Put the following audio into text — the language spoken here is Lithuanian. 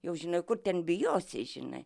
jau žinau kur ten bijosi žinai